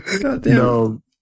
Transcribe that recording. No